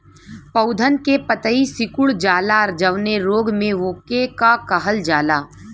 पौधन के पतयी सीकुड़ जाला जवने रोग में वोके का कहल जाला?